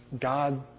God